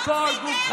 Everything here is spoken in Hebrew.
חוץ מדרעי.